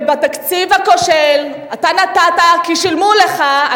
ולתקציב הכושל אתה נתת יד כי שילמו לך.